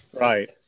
Right